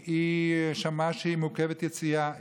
היא שמעה שהיא מעוכבת יציאה.